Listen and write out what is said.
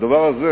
בדבר הזה